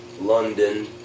London